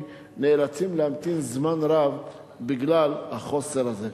נאלצים להמתין זמן רב בגלל החוסר הזה.